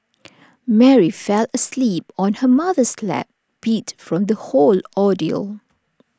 Mary fell asleep on her mother's lap beat from the whole ordeal